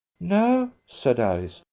no, said alice.